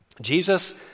Jesus